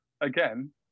again